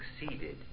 succeeded